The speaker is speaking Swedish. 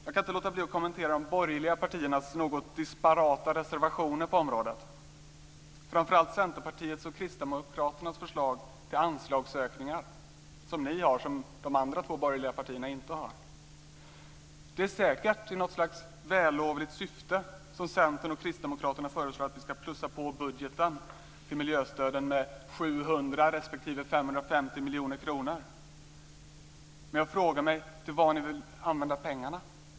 Jag kan inte låta bli att kommentera de borgerliga partiernas något disparata reservationer på området. Det gäller framför allt Centerns och Kristdemokraternas förslag till anslagsökningar, som de andra två borgerliga partierna inte har. Det är säkert i något slags vällovligt syfte som Centern och Kristdemokraterna föreslår att vi ska plussa på budgeten när det gäller miljöstöden med 700 respektive 550 miljoner kronor. Men jag frågar: Till vad vill ni använda pengarna?